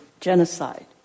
genocide